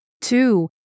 Two